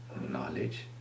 knowledge